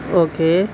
okay